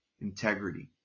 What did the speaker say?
integrity